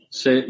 se